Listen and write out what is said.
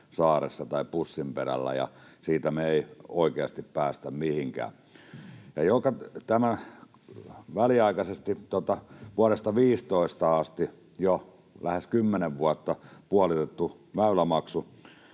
saaressa tai pussinperällä, ja siitä me ei oikeasti päästä mihinkään. Tästä väliaikaisesti vuodesta 15 asti, jo lähes 10 vuotta, puolitetusta väylämaksusta